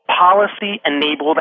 policy-enabled